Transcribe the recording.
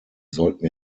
sollten